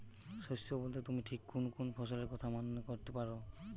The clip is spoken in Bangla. শস্য বোলতে তুমি ঠিক কুন কুন ফসলের কথা মনে করতে পার?